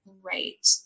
right